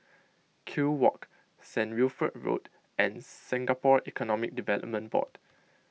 Kew Walk Saint Wilfred Road and Singapore Economic Development Board